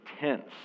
tense